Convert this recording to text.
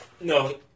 no